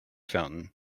fountain